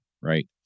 right